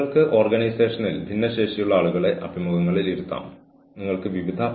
office romance വളരെ sensitive വിഷയമാണ്